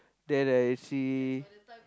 then I see